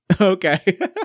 Okay